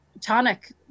tonic